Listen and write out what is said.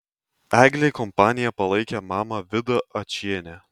eglei kompaniją palaikė mama vida ačienė